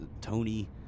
Tony